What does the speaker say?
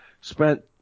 spent